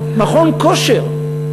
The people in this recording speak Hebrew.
מכון כושר.